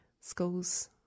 schools